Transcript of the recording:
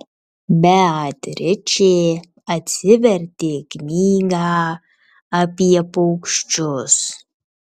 beatričė atsivertė knygą apie paukščius